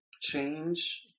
change